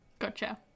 Gotcha